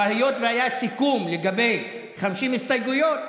אבל היות שהיה סיכום לגבי 50 הסתייגויות,